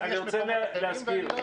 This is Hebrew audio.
אבל יש מקומות אחרים --- אני רוצה להסביר,